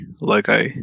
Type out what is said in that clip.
logo